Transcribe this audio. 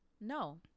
No